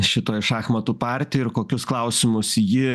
šitoj šachmatų partijoj ir kokius klausimus ji